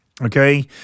okay